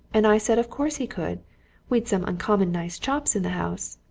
and i said of course he could we'd some uncommon nice chops in the house.